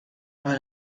باید